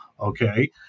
okay